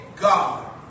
God